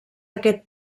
aquest